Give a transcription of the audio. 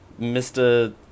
Mr